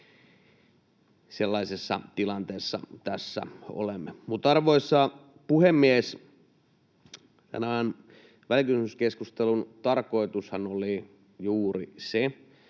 Sellaisessa tilanteessa tässä olemme. Arvoisa puhemies! Tämän välikysymyskeskustelun tarkoitushan oli juuri se,